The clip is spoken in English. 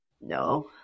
No